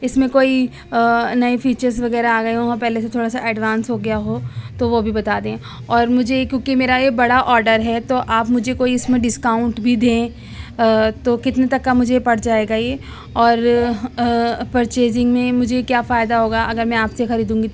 اس میں کوئی نئے فیچرس وغیرہ آ گئے ہوں پہلے سے تھوڑا سا ایڈوانس ہو گیا ہو تو وہ بھی بتا دیں اور مجھے کیونکہ میرا یہ بڑا آڈر ہے تو آپ مجھے كوئی اس میں ڈسكاؤنٹ بھی دیں تو كتنے تک کا مجھے پڑ جائے گا یہ اور پرچیزنگ میں مجھے کیا فائدہ ہوگا اگر میں آپ سے خریدوں گی تو